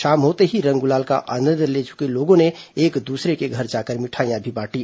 शाम होते ही रंग गुलाल का आनंद ले चुके लोगों ने एक दूसरे के घर जाकर मिठाईयां भी बांटी